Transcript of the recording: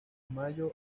mayo